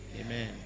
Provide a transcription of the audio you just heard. amen